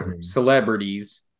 celebrities